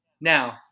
Now